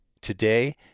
Today